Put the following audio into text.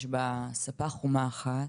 הדירה הזו יש בה ספר חומה אחת,